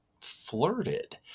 flirted